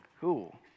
Cool